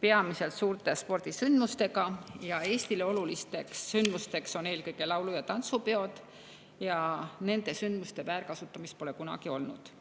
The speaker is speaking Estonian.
peamiselt suurte spordisündmustega ja Eestile olulisteks sündmusteks on eelkõige laulu‑ ja tantsupeod. Nende sündmuste väärkasutamist pole kunagi olnud.